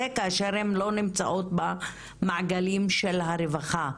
כאשר הם לא נמצאים במעגלים של הרווחה.